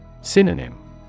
Synonym